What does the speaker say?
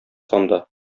санда